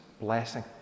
blessing